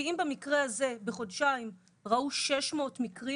כי אם במקרה הזה, בחודשיים, ראו 600 מקרים,